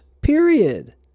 period